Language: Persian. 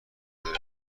داریم